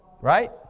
right